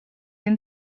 این